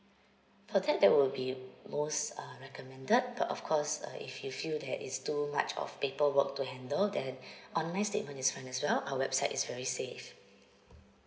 for that that will be most uh recommended but of course uh if you feel that it's too much of paperwork to handle then online statement is fine as well our website is very safe